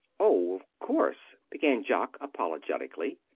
oh, of course, began jock, apologetically.